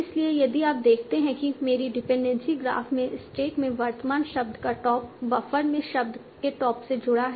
इसलिए यदि आप देखते हैं कि मेरी डिपेंडेंसी ग्राफ में स्टैक में वर्तमान शब्द का टॉप बफर में शब्द के टॉप से जुड़ा है